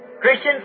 Christians